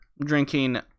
drinking